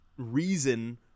reason